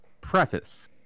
Preface